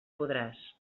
podràs